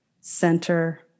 center